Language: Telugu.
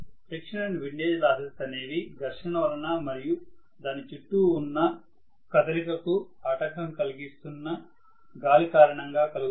ఫ్రిక్షన్ అండ్ విండేజ్ లాసెస్ అనేవి ఘర్షణ వలన మరియు దాని చుట్టూ ఉన్న కదలికకు ఆటంకం కలిగిస్తున్న గాలి కారణంగా కలుగుతాయి